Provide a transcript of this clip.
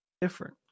Different